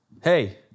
Hey